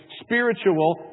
spiritual